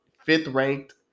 fifth-ranked